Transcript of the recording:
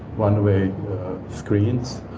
one-way screens,